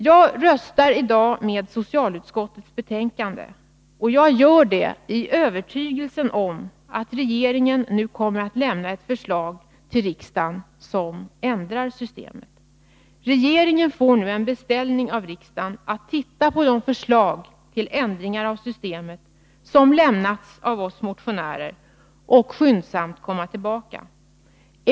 Jag röstar i dag för socialutskottets hemställan, och det gör jag i övertygelsen om att regeringen nu kommer att lämna ett förslag till riksdagen som ändrar systemet. Regeringen får nu en beställning av riksdagen att titta på det förslag till ändring av systemet som lämnats av oss motionärer och skyndsamt komma tillbaka.